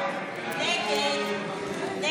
הסתייגות 6 לא